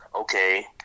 okay